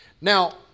Now